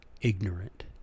ignorant